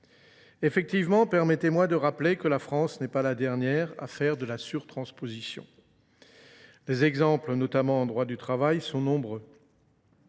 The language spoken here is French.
Effectivement, permettez-moi de rappeler que la France n'est pas la dernière à faire de la sur-transposition. Les exemples, notamment en droit du travail, sont nombreux.